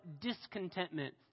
discontentment